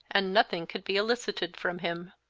and nothing could be elicited from him.